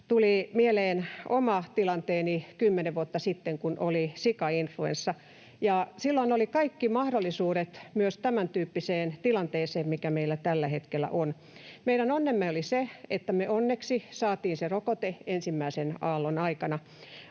tuli mieleen oma tilanteeni kymmenen vuotta sitten, kun oli sikainfluenssa, ja silloin olivat kaikki mahdollisuudet myös tämäntyyppiseen tilanteeseen, mikä meillä tällä hetkellä on. Meidän onnemme oli se, että me onneksi saatiin se rokote ensimmäisen aallon aikana.